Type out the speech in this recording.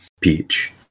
Peach